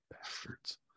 bastards